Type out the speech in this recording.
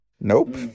Nope